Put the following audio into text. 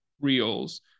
reels